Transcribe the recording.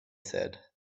said